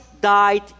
died